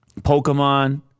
Pokemon